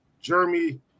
Jeremy